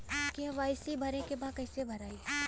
KYC भरे के बा कइसे भराई?